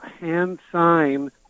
hand-sign